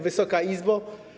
Wysoka Izbo!